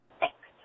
Thanks